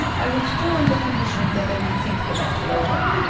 i withdrew on the condition that i would think the matter over.